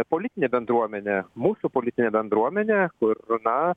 politinė bendruomenė mūsų politinė bendruomenė kur na